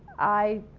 i,